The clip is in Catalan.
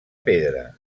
pedra